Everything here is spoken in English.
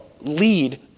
lead